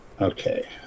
Okay